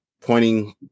pointing